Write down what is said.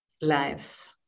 lives